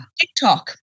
TikTok